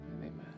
amen